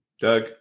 Doug